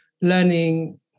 learning